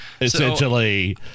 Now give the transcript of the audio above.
essentially